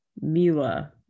mila